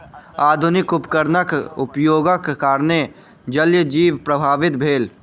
आधुनिक उपकरणक उपयोगक कारणेँ जलीय जीवन प्रभावित भेल